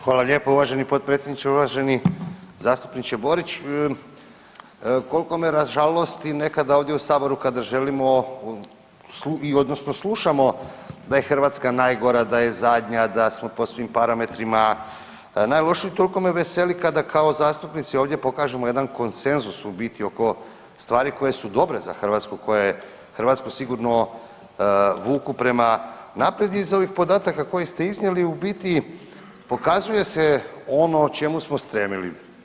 Hvala lijepo uvaženi potpredsjedniče, uvaženi zastupniče Borić, koliko me ražalosti nekada ovdje u Saboru kada želimo odnosno slušamo da je Hrvatska najgora, da je zadnja, da smo po svim parametrima najlošiji, toliko me veseli kada kao zastupnici ovdje pokažemo jedan konsenzus u biti oko stvari koje su dobre za Hrvatsku, koja je Hrvatsku sigurno vuku prema naprijed i iz ovih podataka koje ste iznijeli u biti pokazuje se ono o čemu smo stremili.